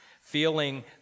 Feeling